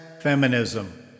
feminism